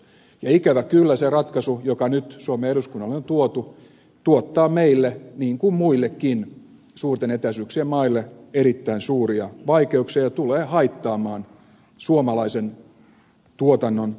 ja ikävä kyllä se ratkaisu joka nyt suomen eduskunnalle on tuotu tuottaa meille niin kuin muillekin suurten etäisyyksien maille erittäin suuria vaikeuksia ja tulee haittaamaan suomalaisen tuotannon asemaa tulevaisuudessa